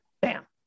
bam